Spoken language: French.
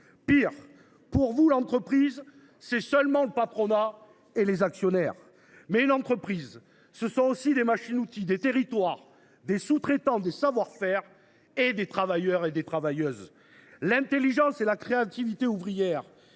encore, pour vous, l’entreprise se réduit seulement au patronat et aux actionnaires, alors que l’entreprise, c’est surtout des machines outils, des territoires, des sous traitants, des savoir faire et des travailleurs et des travailleuses. L’intelligence et la créativité ouvrières,